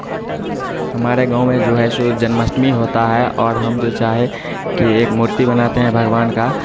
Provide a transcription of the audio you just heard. हमारे गाँव में जो है शुरु जन्माष्टमी होता है और हम जो चाहें कि एक मूर्ति बनाते हैं भगवान का